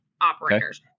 operators